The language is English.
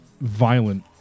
violent